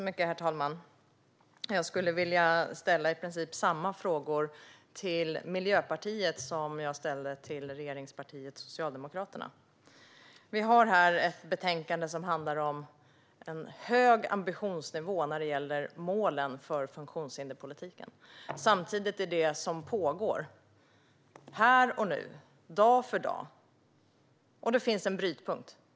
Herr talman! Jag skulle vilja ställa i princip samma frågor till Miljöpartiet som jag ställde till regeringspartiet Socialdemokraterna. Vi har här ett betänkande som handlar om en hög ambitionsnivå när det gäller målen för funktionshinderspolitiken. Samtidigt finns det som pågår här och nu, dag för dag. Det finns en brytpunkt.